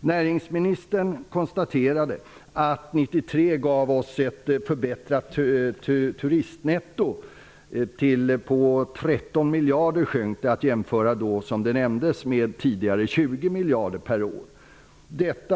Näringsministern konstaterade att 1993 gav oss en förbättring av det negativa turistnettot till 13 miljarder att jämföras med tidigare 20 miljarder på årsbasis.